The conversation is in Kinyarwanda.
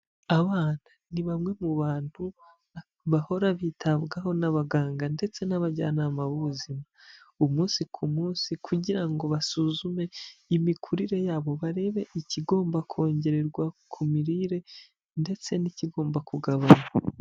Abana ni bamwe mu bantu bahora bitabwaho n'abaganga ndetse n'abajyanama b'ubuzima, umunsi ku munsi kugira ngo basuzume imikurire yabo, barebe ikigomba kongerwa ku mirire ndetse n'ikigomba kugabanywa.